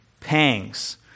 pangs